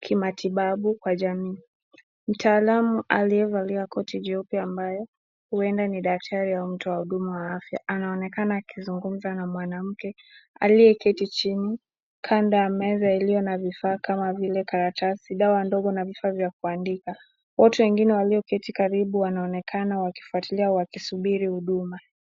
kimatibabu kwa jamii. Mtaalamu aliyevalia koti juu pia ambaye huenda ni daktari au mtu wa huduma wa afya, anaonekana akizungumza na mwanamke aliyeketi chini, kando ya meza iliyo na vifaa kama vile karatasi, dawa ndogo na vifaa vya kuandika. Wote wengine walioketi karibu wanaonekana wakifuatilia wakisubiri huduma.